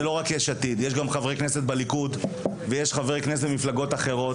זה לא רק יש עתיד; יש גם חברי כנסת בליכוד ובמפלגות אחרות.